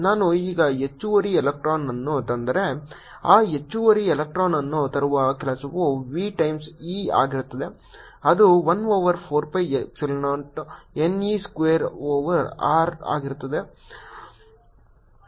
ನಾನು ಈಗ ಹೆಚ್ಚುವರಿ ಎಲೆಕ್ಟ್ರಾನ್ ಅನ್ನು ತಂದರೆ ಆ ಹೆಚ್ಚುವರಿ ಎಲೆಕ್ಟ್ರಾನ್ ಅನ್ನು ತರುವ ಕೆಲಸವು v ಟೈಮ್ಸ್ e ಆಗಿರುತ್ತದೆ ಇದು 1 over 4 pi epsilon 0 n e square over r ಆಗಿರುತ್ತದೆ